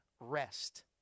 rest